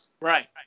Right